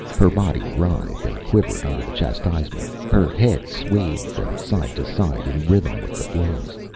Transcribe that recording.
her body writhed and quivered under the chastisement, her head swayed from side to side in rhythm with the blows.